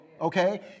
okay